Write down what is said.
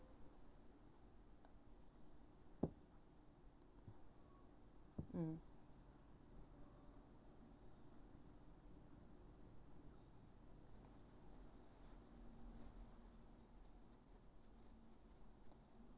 mm